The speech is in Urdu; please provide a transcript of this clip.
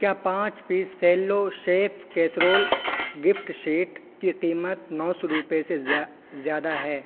کیا پانچ piece Cello Chef casserole gift set کی قیمت نو سو روپئے سے زیادہ ہے